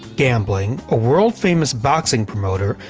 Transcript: gambling, a world famous boxing promoter,